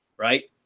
right.